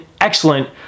excellent